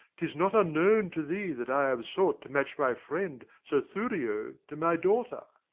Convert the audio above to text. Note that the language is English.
tis not unknown to thee that i have sought to match my friend sir thurio to my daughter.